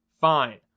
fine